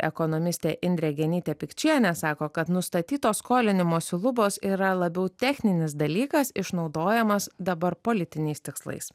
ekonomistė indrė genytė pikčienė sako kad nustatytos skolinimosi lubos yra labiau techninis dalykas išnaudojamas dabar politiniais tikslais